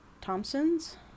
thompson's